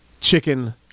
chicken